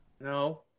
No